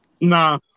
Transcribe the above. Nah